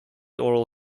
oral